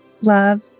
Love